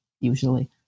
usually